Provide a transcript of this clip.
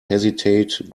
hesitate